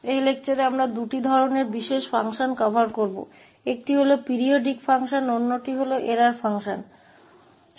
तो इस व्याख्यान में हम दो प्रकार के विशेष कार्यों को शामिल करेंगे एक आवधिक कार्य है और दूसरा त्रुटि कार्य है